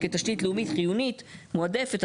כתשתית לאומית חיונית מועדפת,